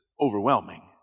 overwhelming